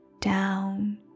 down